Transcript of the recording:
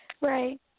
Right